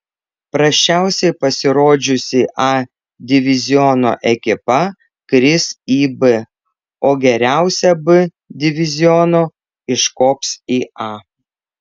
prasčiausiai pasirodžiusi a diviziono ekipa kris į b o geriausia b diviziono iškops į a